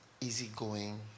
easygoing